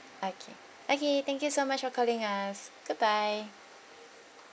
okay okay thank you so much for calling us goodbye